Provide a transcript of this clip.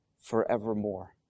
forevermore